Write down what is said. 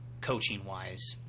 coaching-wise